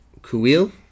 Kuil